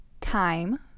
time